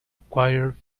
acquire